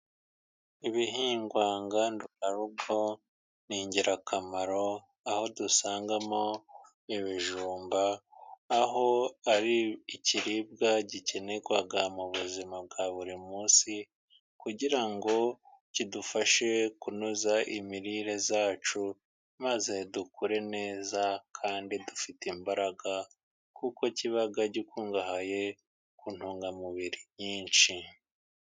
ibihingwa ngandurarugo ni ingirakamaro, aho dusangamo ibijumba. Aho ari ikiribwa gikenerwaga mu buzima bwa buri munsi, kugira ngo kidufashe kunoza imirire yacu maze dukore neza kandi dufite imbaraga, kuko kiba gikungahaye ku ntungamubiri nyinshi.